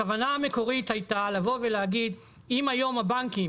הכוונה המקורית הייתה להגיד, אם היום הבנקים,